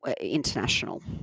international